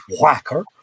whacker